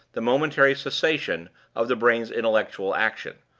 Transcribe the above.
the momentary cessation of the brain's intellectual action,